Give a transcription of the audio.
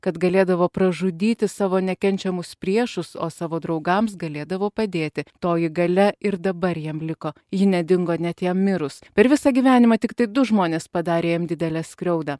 kad galėdavo pražudyti savo nekenčiamus priešus o savo draugams galėdavo padėti toji galia ir dabar jam liko ji nedingo net jam mirus per visą gyvenimą tiktai du žmonės padarė jam didelę skriaudą